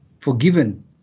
forgiven